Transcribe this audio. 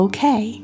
Okay